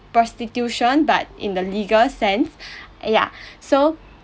prostitution but in the legal sense ya so